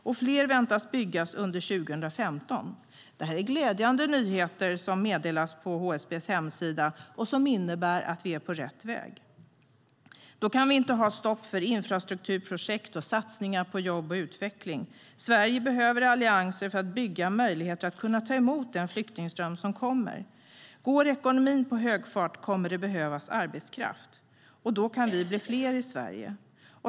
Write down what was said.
Och fler väntas byggas under 2015. Det här är glädjande nyheter som meddelas på HSB:s hemsida och som innebär att vi är på rätt väg. Då kan vi inte ha stopp för infrastrukturprojekt och satsningar på jobb och utveckling. Sverige behöver allianser för att bygga möjligheter att ta emot den flyktingström som kommer. Går ekonomin på högvarv kommer det att behövas arbetskraft, och då kan vi bli fler i Sverige.